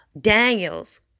Daniel's